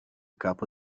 capo